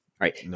right